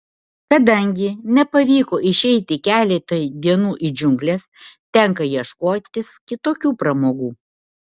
kadangi nepavyko išeiti keletui dienų į džiungles tenka ieškotis kitokių pramogų